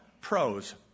Pros